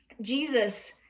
Jesus